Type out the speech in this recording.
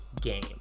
game